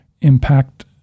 impact